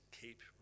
keep